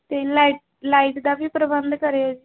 ਅਤੇ ਲਾਈ ਲਾਈਟ ਦਾ ਵੀ ਪ੍ਰਬੰਧ ਕਰਿਓ ਜੀ